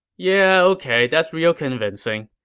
yeah, ok. that's real convincing.